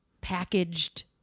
packaged